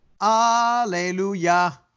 Hallelujah